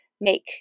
make